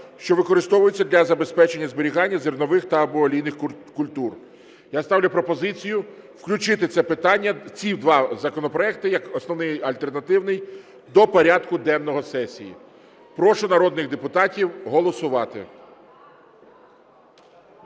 що використовуються для забезпечення зберігання зернових та/або олійних культур. Я ставлю пропозицію включити це питання, ці два законопроекти як основний, альтернативний до порядку денного сесії. Прошу народних депутатів голосувати.